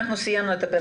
סיימנו את פרק